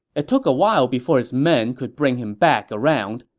it took a while before his men could bring him back around,